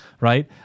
right